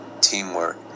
teamwork